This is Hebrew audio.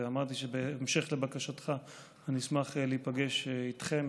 ואמרתי שבהמשך לבקשתך אני אשמח להיפגש איתכם,